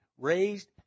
raised